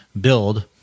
build